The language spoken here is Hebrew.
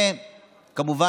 כמובן,